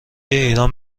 ایران